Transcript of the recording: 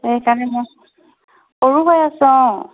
সেইকাৰণে মই সৰু হৈ আছে অঁ